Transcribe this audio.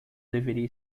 deveria